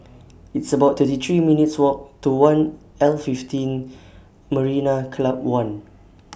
It's about thirty three minutes' Walk to one L fifteen Marina Club one